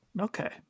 Okay